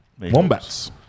Wombats